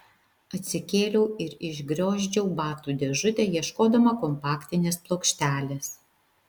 atsikėliau ir išgriozdžiau batų dėžutę ieškodama kompaktinės plokštelės